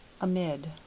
Amid